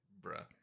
Bruh